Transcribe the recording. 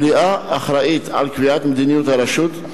המליאה אחראית לקביעת מדיניות הרשות,